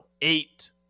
eight